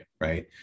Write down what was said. right